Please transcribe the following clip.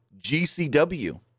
GCW